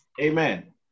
Amen